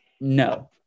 no